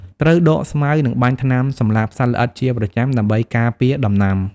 ត្រូវដកស្មៅ និងបាញ់ថ្នាំសម្លាប់សត្វល្អិតជាប្រចាំដើម្បីការពារដំណាំ។